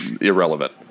irrelevant